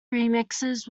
remixes